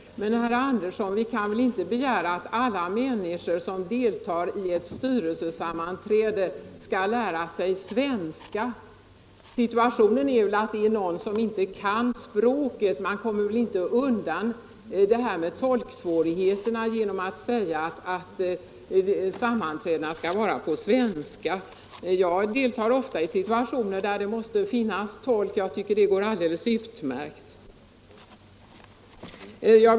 Men, herr Andersson, vi kan väl inte begära att alla människor som deltar i ett styrelsesammanträde skall lära sig svenska? Situationen är väl den att om någon inte kan språket kommer man inte undan detta med tolksvårigheterna genom att säga att sammanträdena skall vara på svenska. Jag deltar ofta i sammanträden där det måste finnas tolk, och jag tycker att det går alldeles utmärkt.